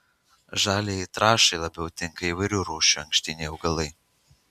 žaliajai trąšai labiau tinka įvairių rūšių ankštiniai augalai